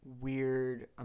weird